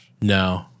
No